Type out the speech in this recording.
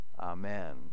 Amen